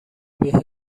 بهت